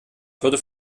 würde